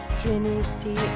trinity